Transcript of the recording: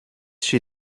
she